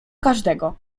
każdego